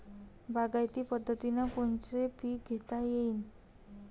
बागायती पद्धतीनं कोनचे पीक घेता येईन?